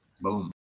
Boom